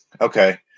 Okay